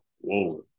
whoa